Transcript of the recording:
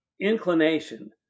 inclination